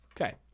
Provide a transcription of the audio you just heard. Okay